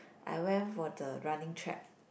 I went for the running track